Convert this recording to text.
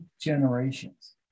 generations